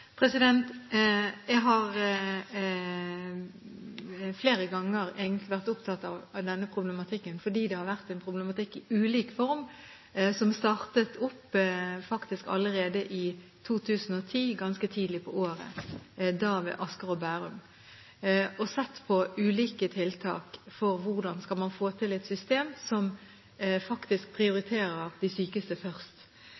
Jeg har flere ganger vært opptatt av denne problematikken fordi det har vært en problematikk i ulik form som startet opp allerede i 2010, ganske tidlig på året, og da ved Asker og Bærum, og sett på ulike tiltak for hvordan man skal få til et system som